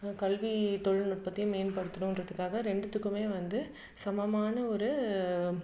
கல்வி தொழில்நுட்பத்தையும் மேம்படுத்தணுன்றதுக்காக ரெண்டுத்துக்குமே வந்து சமமான ஒரு